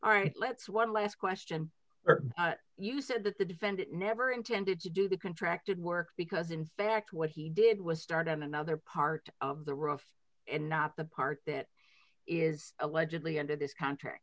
all right let's one last question you said that the defendant never intended to do the contracted work because in fact what he did was start on another part of the roof and not the part that is allegedly end of this contract